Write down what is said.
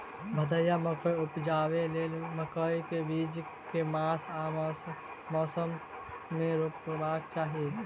भदैया मकई उपजेबाक लेल मकई केँ बीज केँ मास आ मौसम मे रोपबाक चाहि?